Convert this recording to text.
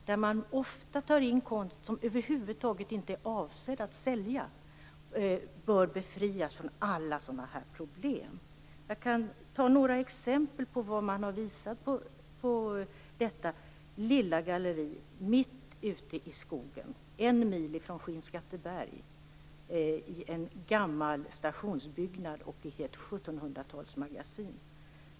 Där tar man ofta in konst som över huvud taget inte är avsedd att säljas, och det bör befrias från alla sådana här problem. Jag kan ta några exempel på vad man har visat på detta lilla galleri, mitt ute i skogen, en mil från Skinnskatteberg, i en gammal stationsbyggnad och i ett 1700-talsmagasin.